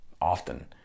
often